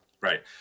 Right